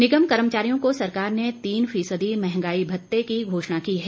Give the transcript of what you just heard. निगम कर्मचारियों को सरकार ने तीन फीसदी महंगाई भत्ते की घोषणा की है